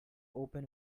open